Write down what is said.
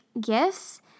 gifts